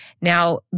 Now